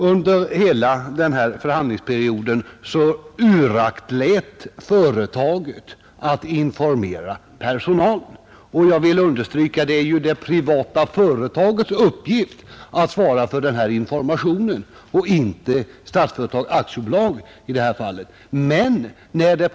Under hela denna förhandlingsperiod uraktlät företaget att informera personalen. Jag vill understryka att det är det privata företaget och inte Statsföretag AB som skall svara för denna information.